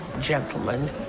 gentlemen